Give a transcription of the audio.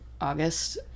August